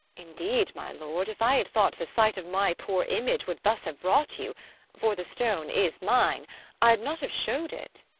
indeed, my lord, if i had thought the sight of my poor image would thus have wrought you for the stone is mine i'd not have show'd it.